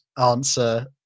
answer